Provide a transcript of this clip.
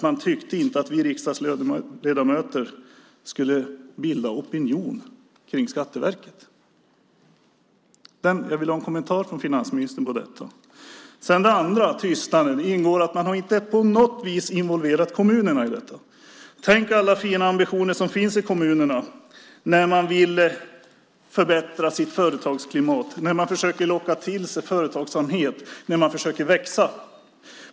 Man tyckte inte att vi riksdagsledamöter skulle bilda opinion kring Skatteverket. Jag vill ha en kommentar från finansministern till detta. Man har inte heller på något vis involverat kommunerna i detta. Tänk på alla fina ambitioner som finns i kommunerna! De vill förbättra sitt företagsklimat, försöker locka till sig företagsamhet och försöker växa.